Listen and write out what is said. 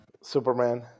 Superman